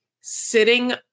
sitting